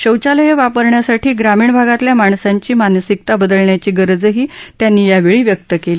शौचालयं वापरण्यासाठी ग्रामीण भागातल्या माणसांची मानसिकता बदलण्याची गरजही त्यांनी यावेळी व्यक्त केली